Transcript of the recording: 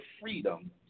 freedom